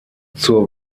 zur